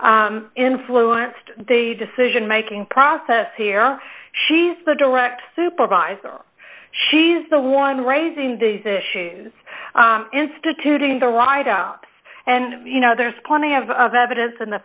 attitude influenced the decision making process here she's the direct supervisor she's the one raising these issues instituting the wideouts and you know there's plenty of of evidence and the